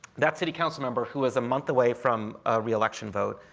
that city council member, who is a month away from a re-election vote,